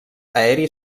aeri